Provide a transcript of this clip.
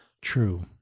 true